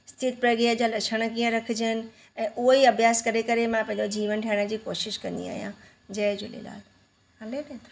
चित प्रगिअ जा लक्षण कीअं रखजनि ऐं उहो ई अभ्यास करे करे मां पंहिंजो जीवन ठाहिण जी कोशिशि कंदी आहियां जय झूलेलाल हले न